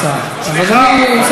אז אדוני,